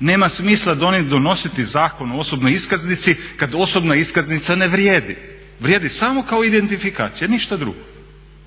Nema smisla donositi Zakon o osobnoj iskaznici kada osobna iskaznica ne vrijedi. Vrijedi samo kao identifikacija, ništa drugo.